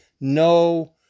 no